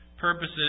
purposes